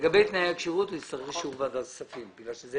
לגבי תנאי הכשירות, יצטרך אישור ועדת כספים כי זה